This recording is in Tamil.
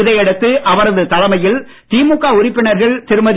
இதனையடுத்து அவரது தலைமையில் திமுக உறுப்பினர்கள் திருமதி